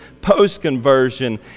Post-conversion